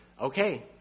okay